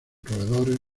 roedores